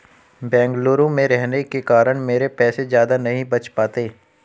बेंगलुरु में रहने के कारण मेरे पैसे ज्यादा नहीं बच पाते